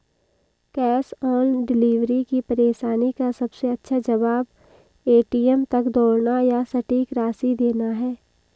cash on delivery की परेशानी का सबसे अच्छा जवाब, ए.टी.एम तक दौड़ना या सटीक राशि देना है